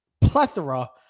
plethora